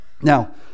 now